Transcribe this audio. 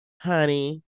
Honey